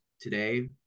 today